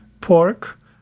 pork